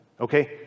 Okay